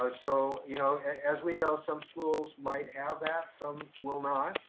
so so, you know, as we know, some schools might have that. some will not,